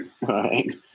right